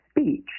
speech